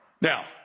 Now